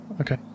Okay